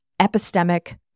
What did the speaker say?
epistemic